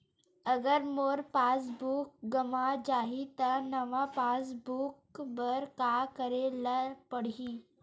अगर मोर passbook गवां जाहि त नवा पास बुक बर का करे ल पड़हि?